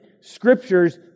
Scriptures